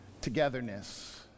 togetherness